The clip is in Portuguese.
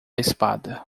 espada